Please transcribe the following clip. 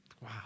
wow